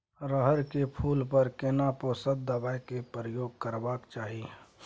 रहर के फूल पर केना पोषक दबाय के प्रयोग करबाक चाही?